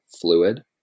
fluid